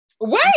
Wait